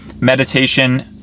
meditation